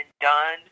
done